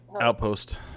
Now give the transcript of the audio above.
Outpost